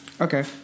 Okay